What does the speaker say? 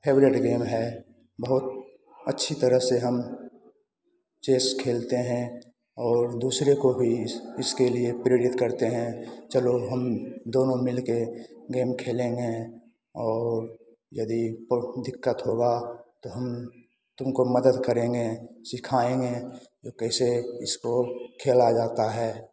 favourite game है बहुत अच्छी तरह से हम चेस खेलते हैं और दूसरे को भी इस उसके लिए प्रेरित करते हैं चलो हम दोनों मिल के गेम खेलेंगे और यदि प्रो दिक्कत होगा तो हम तुमको मदद करेंगे सिखाएंगे कि कैसे इसको खेला जाता है